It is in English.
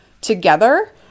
together